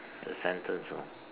the sentence you know